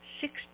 six